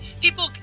people